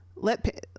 let